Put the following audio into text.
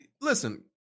Listen